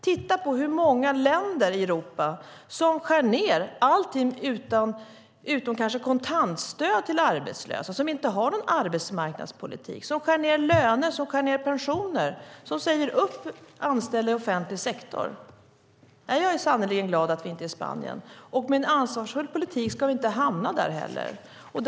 Titta på hur många länder i Europa som skär ned allting utom kanske kontantstöd till arbetslösa, inte har någon arbetsmarknadspolitik, skär ned löner och pensioner och säger upp anställda i offentlig sektor. Jag är sannerligen glad att vi inte är Spanien. Med en ansvarsfull politik ska vi heller inte hamna där.